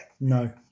no